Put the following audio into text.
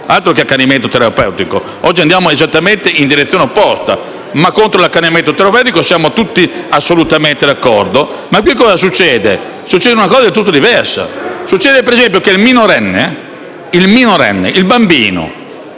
Altro che accanimento terapeutico! Oggi andiamo esattamente in direzione opposta. Contro l'accanimento terapeutico siamo tutti assolutamente d'accordo, ma qui succede una cosa del tutto diversa. Si pensi al caso del minorenne, del bambino